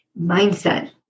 Mindset